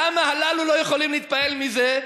למה הללו לא יכולים להתפעל מזה,